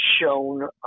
shown